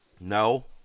No